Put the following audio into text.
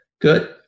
Good